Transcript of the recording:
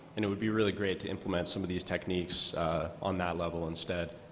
and it would be really great to implement some of these techniques on that level instead.